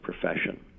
profession